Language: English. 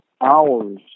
hours